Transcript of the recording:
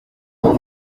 uko